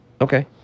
Okay